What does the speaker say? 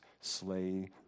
Slay